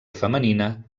femenina